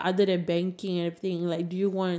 okay okay so